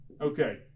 Okay